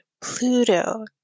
Pluto